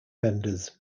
vendors